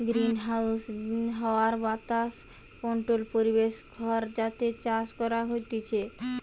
greenhouse হাওয়া বাতাস controlled পরিবেশ ঘর যাতে চাষ করাঢু হতিছে